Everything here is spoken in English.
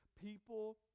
people